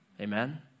Amen